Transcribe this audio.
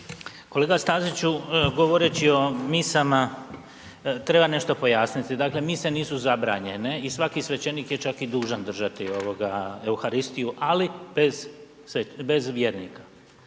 Kolega Staziću govoreći o misama treba nešto pojasniti, dakle mise nisu zabranjene i svaki svećenik je čak i dužan držati euharistiju, ali bez vjernika.